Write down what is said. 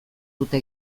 dute